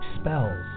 spells